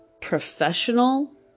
professional